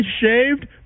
shaved